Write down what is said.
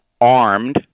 armed